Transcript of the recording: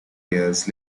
years